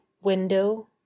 window